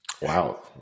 Wow